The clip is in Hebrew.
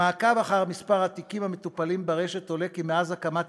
ממעקב אחר מספר התיקים המטופלים ברשת עולה כי מאז הקמת